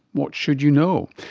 what should you know?